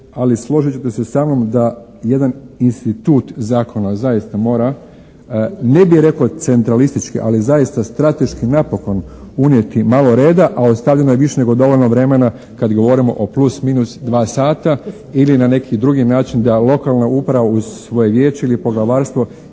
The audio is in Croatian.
Ali složit ćete se sa mnom da jedan institut zakona zaista mora ne bi rekao centralistički ali zaista strateški napokon unijeti malo reda. A ostavljeno je više nego dovoljno vremena kad govorimo o +- 2 sata. Ili na neki drugi način da lokalna uprava uz svoje vijeće ili poglavarstvo